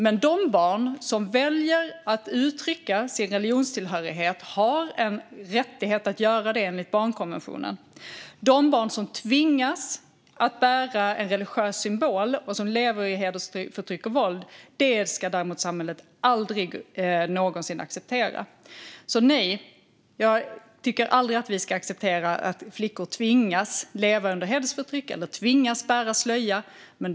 Men de barn som väljer att uttrycka sin religionstillhörighet har en rättighet att göra det enligt barnkonventionen. Att barn tvingas att bära en religiös symbol och lever i hedersförtryck och våld ska samhället däremot aldrig någonsin acceptera. Nej, jag tycker att vi aldrig ska acceptera att flickor tvingas leva under hedersförtryck eller tvingas bära slöja.